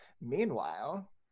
Meanwhile